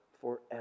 forever